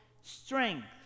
strength